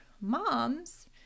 moms